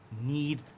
need